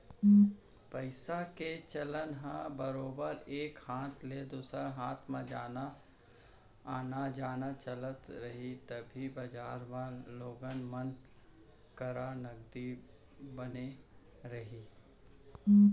पइसा के चलन ह बरोबर एक हाथ ले दूसर हाथ म आना जाना चलत रही तभे बजार म लोगन मन करा नगदी बने रही